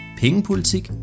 pengepolitik